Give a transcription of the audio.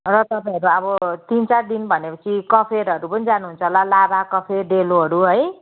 र तपाईँहरू अब तिन चार दिन भनेपछि कफेरहरू पनि जानुहुन्छ होला लाभा कफेर डेलोहरू है